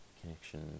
connection